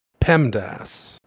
PEMDAS